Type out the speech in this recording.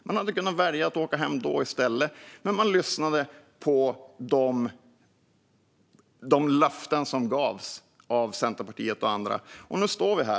Man hade kunnat välja att åka hem då i stället, men man lyssnade på de löften som gavs av Centerpartiet och andra. Och nu står vi här.